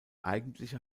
eigentliche